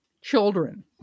children